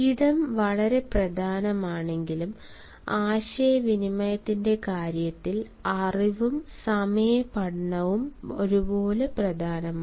ഇടം വളരെ പ്രധാനമാണെങ്കിലും ആശയവിനിമയത്തിന്റെ കാര്യത്തിൽ അറിവും സമയ പഠനവും ഒരുപോലെ പ്രധാനമാണ്